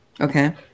Okay